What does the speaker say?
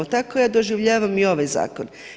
Tako ja doživljavam i ovaj zakon.